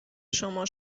شما